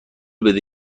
بده